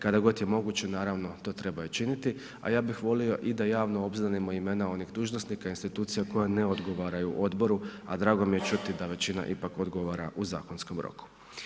Kada god je moguće, naravno, to treba i činiti a ja bih volio i da javno obznanimo imena onih dužnosnika institucija koja ne odgovaraju odboru a drago mi je čuti da većina ipak odgovara u zakonskom roku.